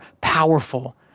powerful